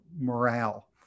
morale